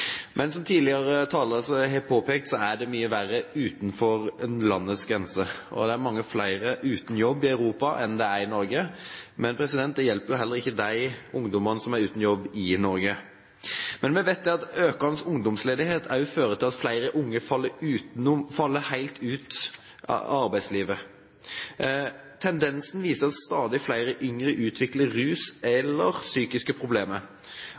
Som en taler har påpekt tidligere, er det mye verre utenfor landets grenser. Det er mange flere uten jobb i Europa enn det er i Norge, men det hjelper heller ikke de ungdommene som er uten jobb i Norge. Vi vet at økende ungdomsledighet også fører til at flere unge faller helt ut av arbeidslivet. Tendensen viser at stadig flere yngre får rusproblemer eller psykiske problemer,